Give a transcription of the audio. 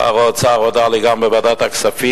שר האוצר הודה לי גם בוועדת הכספים.